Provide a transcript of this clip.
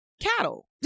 cattle